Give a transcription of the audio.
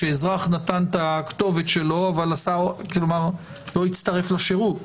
שאזרח נתן את הכתובת שלו אבל לא הצטרף לשירות,